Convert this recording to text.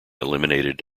eliminated